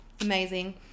Amazing